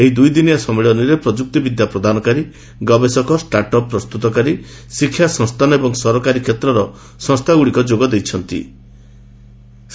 ଏହି ଦୁଇଦିନିଆ ସମ୍ମିଳନୀରେ ପ୍ରଯୁକ୍ତିବିଦ୍ୟା ପ୍ରଦାନକାରୀ ଗବେଷକ ଷ୍ଟାର୍ଟ ଅପ୍ ପ୍ରସ୍ତୁତକାରୀ ଶିକ୍ଷା ସଂସ୍ଥାନ ଏବଂ ସରକାରୀ କ୍ଷେତ୍ରର ସଂସ୍ଥାଗୁଡ଼ିକ ଏହି ଦୁଇଦିନିଆ ସମ୍ମିଳନୀରେ ଯୋଗ ଦେଇଛନ୍ତି